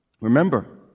Remember